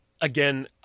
Again